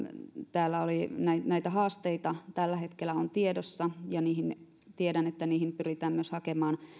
täällä oli näitä haasteita joita tällä hetkellä on tiedossa tiedän että niihin myös pyritään hakemaan